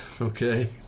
okay